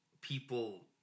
people